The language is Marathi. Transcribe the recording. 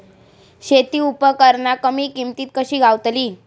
शेती उपकरणा कमी किमतीत कशी गावतली?